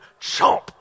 Chomp